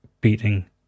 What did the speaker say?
beating